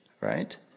right